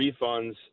refunds